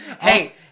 Hey